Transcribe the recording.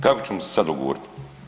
Kako ćemo se sad dogovorit?